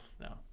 no